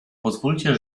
pozwólcie